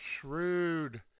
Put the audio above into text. shrewd